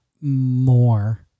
more